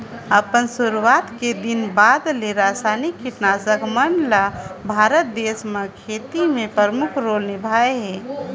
अपन शुरुआत के बाद ले रसायनिक कीटनाशक मन ल भारत देश म खेती में प्रमुख रोल निभाए हे